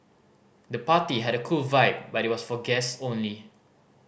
the party had a cool vibe but was for guests only